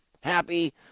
happy